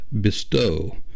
bestow